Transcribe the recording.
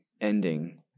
ending